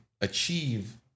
achieve